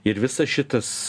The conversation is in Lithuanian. ir visas šitas